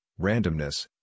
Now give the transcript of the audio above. randomness